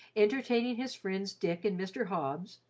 entertaining his friends dick and mr. hobbs,